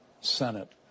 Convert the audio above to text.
Senate